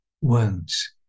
wounds